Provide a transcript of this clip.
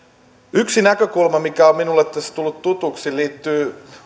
yksi näkökulma mikä on minulle tullut tutuksi liittyy